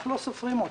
אנחנו לא סופרים אותו.